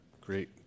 Great